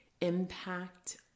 impact